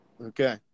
Okay